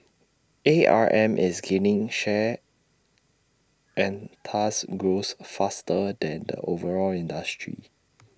A R M is gaining share and thus grows faster than the overall industry